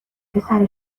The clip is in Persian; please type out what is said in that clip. پسر